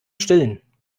stillen